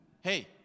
hey